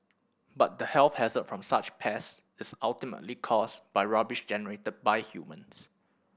but the health hazard from such pests is ultimately caused by rubbish generated by humans